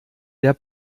der